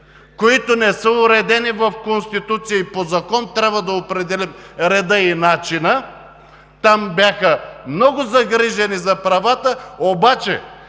които не са уредени в Конституция и по закон, трябва да определят реда и начина – там бяха много загрижени за правата, обаче